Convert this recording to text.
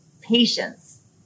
Patience